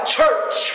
church